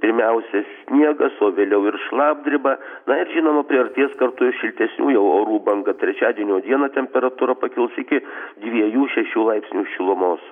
pirmiausia sniegas o vėliau ir šlapdriba na ir žinoma priartės kartu ir šiltesnių jau orų banga trečiadienio dieną temperatūra pakils iki dviejų šešių laipsnių šilumos